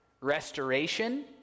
restoration